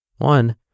One